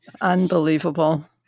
Unbelievable